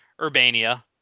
Urbania